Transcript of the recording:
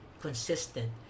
consistent